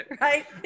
right